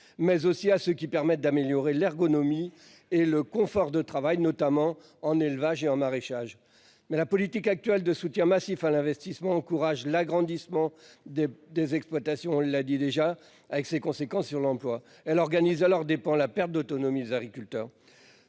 mais aussi à ceux qui permettent d'améliorer l'ergonomie et le confort de travail, notamment en élevage et en maraîchage, mais la politique actuelle de soutien massif à l'investissement encourage l'agrandissement des des exploitations. On l'a dit déjà, avec ses conséquences sur l'emploi, elle organise à leurs dépens la perte d'autonomie des agriculteurs.